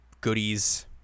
goodies